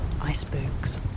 icebergs